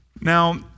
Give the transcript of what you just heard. Now